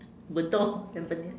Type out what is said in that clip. bedok tampines